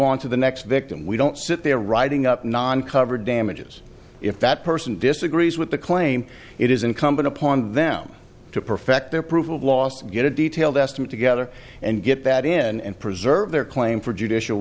on to the next victim we don't sit there writing up non covered damages if that person disagrees with the claim it is incumbent upon them to perfect their proof of loss get a detailed estimate together and get that in and preserve their claim for judicial